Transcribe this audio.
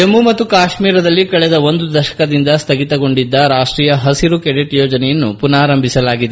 ಜಮ್ಮು ಮತ್ತು ಕಾಶ್ಮೀರದಲ್ಲಿ ಕಳೆದ ಒಂದು ದಶಕದಿಂದ ಸ್ತಗಿತಗೊಂಡಿದ್ದ ರಾಷ್ಟೀಯ ಹಸಿರು ಕೆಡೆಟ್ ಯೋಜನೆಯನ್ನು ಪುನಾರಂಭಿಸಲಾಗಿದೆ